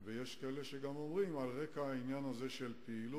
ויש כאלה שאומרים שזה על רקע העניין של פעילות